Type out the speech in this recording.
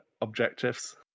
objectives